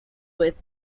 with